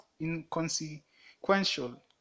inconsequential